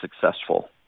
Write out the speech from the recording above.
successful